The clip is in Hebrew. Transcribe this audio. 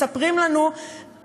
מספרים לנו,